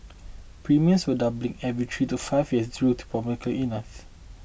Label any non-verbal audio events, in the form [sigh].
premiums were doubling every three to five years through [unintelligible] illnesses